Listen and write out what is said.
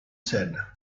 said